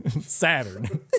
Saturn